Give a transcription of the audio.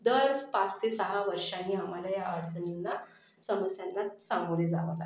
दर पाच ते सहा वर्षांनी आम्हाला या अडचणींना समस्यांना सामोरे जावं लागते आहे